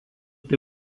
tai